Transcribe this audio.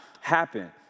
happen